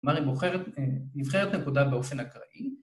כלומר היא בוחרת... נבחרת נקודה באופן אקראי